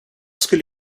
skulle